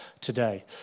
today